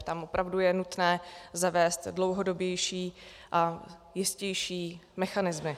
Tam opravdu je nutné zavést dlouhodobější a jistější mechanismy.